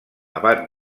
abat